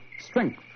Strength